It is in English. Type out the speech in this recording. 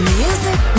music